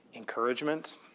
encouragement